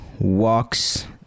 walks